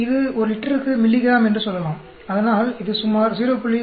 இது ஒரு லிட்டருக்கு மில்லிகிராம் என்று சொல்லலாம் அதனால்இது சுமார் 0